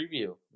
preview